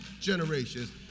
generations